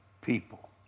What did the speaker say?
people